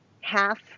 half